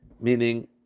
Meaning